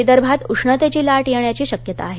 विदर्भात उष्णतेची लाट येण्याची शक्यता आहे